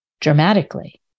dramatically